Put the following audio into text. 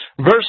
Verse